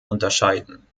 unterscheiden